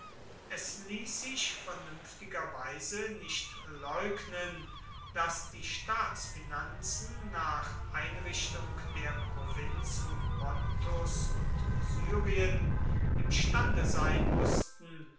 es ließ sich vernünftigerweise nicht leugnen daß die staatsfinanzen nach einrichtung der provinzen pontus und syrien imstande sein mußten